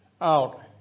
out